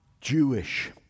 Jewish